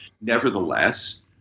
Nevertheless